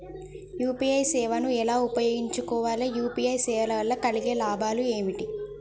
UPI సేవను ఎలా ఉపయోగించు కోవాలి? యూ.పీ.ఐ సేవల వల్ల కలిగే లాభాలు ఏమిటి?